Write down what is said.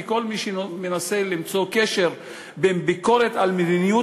וכל מי שמנסה למצוא קשר בין ביקורת על מדיניות